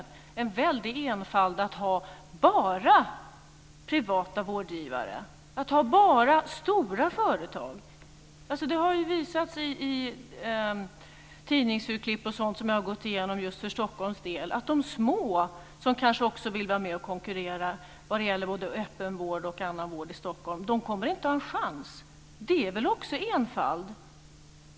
Det är en väldig enfald att ha bara stora privata företag som vårdgivare. Jag har bl.a. gått igenom tidningsurklipp som berör Stockholm och funnit att små anbudsgivare som vill vara med i konkurrensen om öppenvård och annan vård i Stockholm inte har en chans. Också det är väl enfald.